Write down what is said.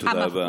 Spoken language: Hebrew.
תודה רבה.